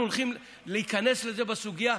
אנחנו הולכים להיכנס לזה בסוגיה.